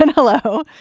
and hello,